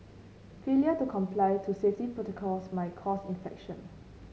failure to comply to safety protocols may cause infection